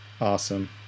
awesome